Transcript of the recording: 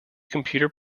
computer